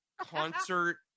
concert